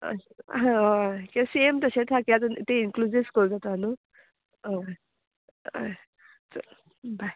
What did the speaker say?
हय तें सेम तशेंच आसा ते इन्क्लुजीव स्कूल जाता न्हू हय हय चल बाय